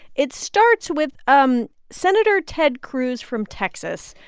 it starts with um senator ted cruz from texas.